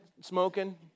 smoking